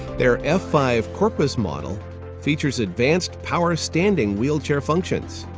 their f five corpus model features advanced power standing wheelchair functions.